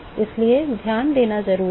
इसलिए ध्यान देना जरूरी है